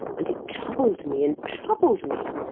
and it troubled me and troubled me,